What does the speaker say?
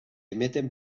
emeten